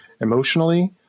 emotionally